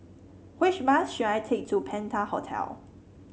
which bus should I take to Penta Hotel